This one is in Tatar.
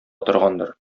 торгандыр